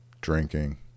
drinking